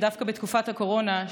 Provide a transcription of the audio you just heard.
שדווקא בתקופת הקורונה,